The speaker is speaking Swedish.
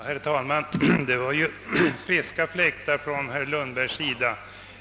Herr talman! Det var ju friska fläktar från herr Lundbergs sida.